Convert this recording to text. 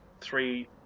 three